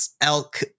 elk